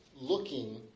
looking